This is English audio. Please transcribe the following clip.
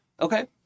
okay